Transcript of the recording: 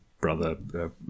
brother